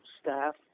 staff